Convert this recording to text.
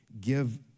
give